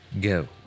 Go